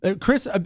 Chris